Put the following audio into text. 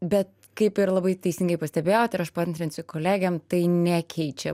bet kaip ir labai teisingai pastebėjot ir aš paantrinsiu kolegėm tai nekeičia